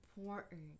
important